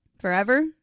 Forever